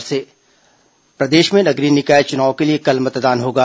निकाय चुनाव मतदान प्रदेश में नगरीय निकाय चुनाव के लिए कल मतदान होगा